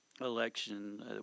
election